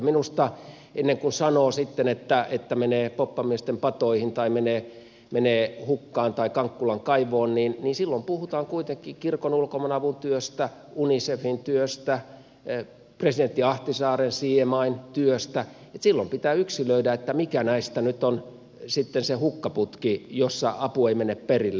minusta ennen kuin sanoo sitten että menee poppamiesten patoihin tai menee hukkaan tai kankkulan kaivoon silloin puhutaan kuitenkin kirkon ulkomaanavun työstä unicefin työstä presidentti ahtisaaren cmin työstä silloin pitää yksilöidä mikä näistä nyt on sitten se hukkaputki josta apu ei mene perille